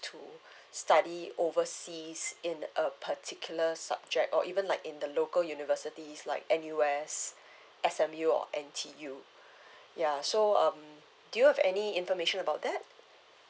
to study overseas in a particular subject or even like in the local universities like anywhere S S_M_U or N_T_U ya so um do you have any information about that